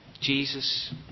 Jesus